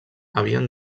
havien